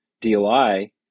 DOI